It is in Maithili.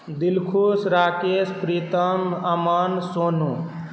दिलखुश राकेश प्रीतम अमन सोनू